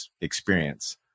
experience